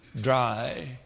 dry